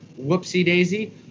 whoopsie-daisy